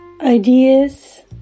ideas